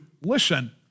listen